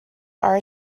are